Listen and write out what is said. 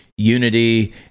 unity